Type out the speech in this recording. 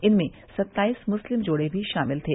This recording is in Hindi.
इनमें से सत्ताईस मुस्लिम जोड़े भी शामिल थे